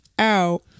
out